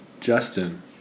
Justin